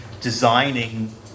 designing